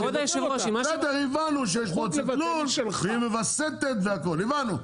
בסדר הבנו שיש מועצת לול והיא מווסתת והכל, הבנו.